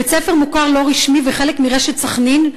שהוא בית-ספר מוכר לא רשמי וחלק מרשת "סח'נין",